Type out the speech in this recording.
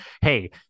Hey